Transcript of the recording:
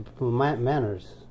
manners